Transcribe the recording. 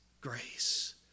grace